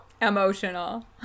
emotional